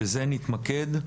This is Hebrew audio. בזה נתמקד.